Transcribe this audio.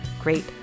great